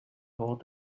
whole